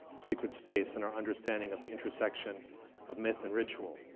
sacred space and our understanding of the intra section of myth and ritual.